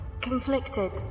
conflicted